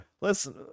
listen